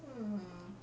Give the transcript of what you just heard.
mmhmm